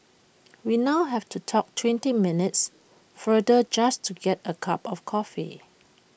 we now have to talk twenty minutes farther just to get A cup of coffee